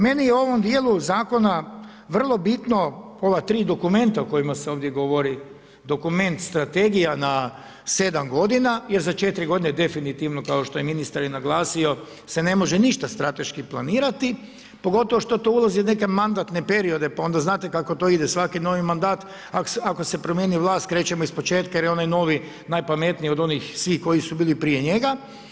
Meni je u ovom dijelu zakona vrlo bitno ova tri dokumenta o kojima se ovdje govori dokument, strategija na sedam godina jer za četiri godine definitivno kao što je ministar i naglasio se ne može ništa strateški planirati pogotovo što to ulazi u neke mandatne periode, pa onda znate kako to ide svaki novi mandat ako se promijeni vlast krećemo ispočetka jer je onaj novi najpametniji od onih svih koji su bili prije njega.